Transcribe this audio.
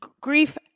grief